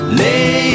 lay